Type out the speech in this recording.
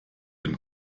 bin